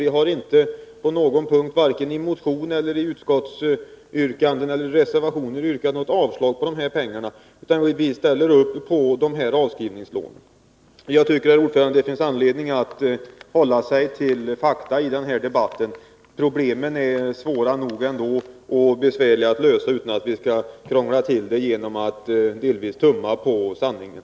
Vi har inte på någon punkt i vare sig motion eller utskottsyrkande eller reservation yrkat avslag på de här pengarna, utan vi ställer upp på avskrivningslånen. Herr talman! Jag tycker att det finns anledning att hålla sig till fakta i den här debatten. Problemen är svåra nog att lösa ändå utan att vi skall krångla till dem genom att delvis tumma på sanningen.